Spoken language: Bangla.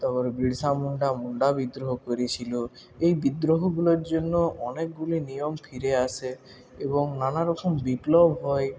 তারপরে বীরসা মুন্ডা মুন্ডা বিদ্রোহ করেছিল এই বিদ্রোহগুলোর জন্য অনেকগুলি নিয়ম ফিরে আসে এবং নানারকম বিপ্লব হয়